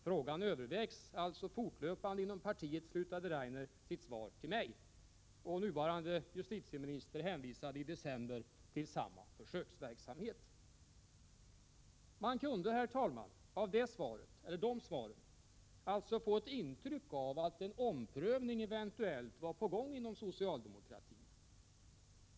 Frågan övervägs alltså fortlöpande inom partiet, slutade Ove Rainer sitt svar till mig. Och den nuvarande justitieministern hänvisade i december till samma försöksverksamhet. Man kunde, herr talman, av de svaren få ett intryck av att en omprövning eventuellt var på gång inom socialdemokratin.